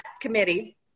committee